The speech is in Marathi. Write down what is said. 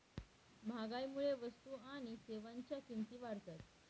महागाईमुळे वस्तू आणि सेवांच्या किमती वाढतात